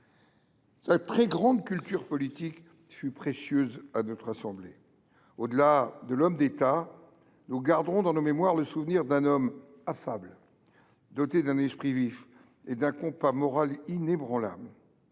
Sa très grande culture politique fut précieuse à notre assemblée. Au delà de l’homme d’État, nous garderons dans nos mémoires le souvenir d’un homme affable, doté d’un esprit vif et d’un compas moral inébranlable.